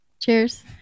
Cheers